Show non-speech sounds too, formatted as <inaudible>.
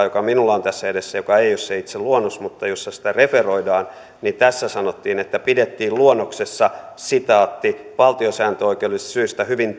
<unintelligible> joka minulla on tässä edessäni ja joka ei ole se itse luonnos mutta jossa sitä referoidaan sanotaan että pidettiin luonnoksessa valtiosääntöoikeudellisista syistä hyvin <unintelligible>